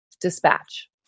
Dispatch